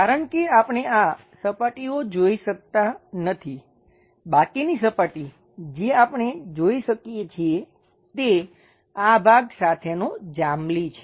કારણ કે આપણે આ સપાટીઓ જોઈ શકતા નથી બાકીની સપાટી જે આપણે જોઈ શકીએ છીએ તે આ ભાગ સાથેનો જાંબલી છે